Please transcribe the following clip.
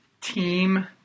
team